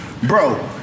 Bro